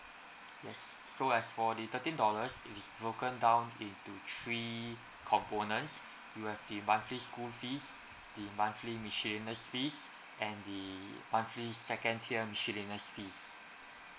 yes so as for the thirteen dollars it is broken down into three components you have the monthly school fees the monthly miscellaneous fees and the monthly second tier miscellaneous fees